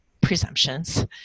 presumptions